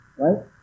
Right